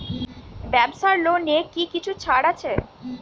ব্যাবসার লোনে কি কিছু ছাড় আছে?